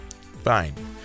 Fine